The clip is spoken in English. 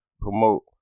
promote